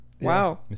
wow